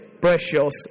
precious